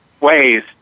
ways